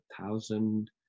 thousand